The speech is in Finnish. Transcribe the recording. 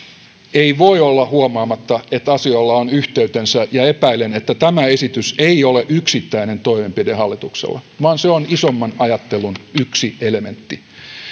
ei voi olla huomaamatta että asioilla on yhteytensä ja epäilen että tämä esitys ei ole yksittäinen toimenpide hallituksella vaan se on isomman ajattelun yksi elementti